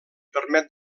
permet